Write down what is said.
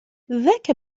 ذاك